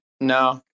No